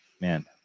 man